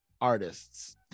artists